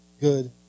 good